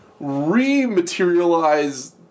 rematerialize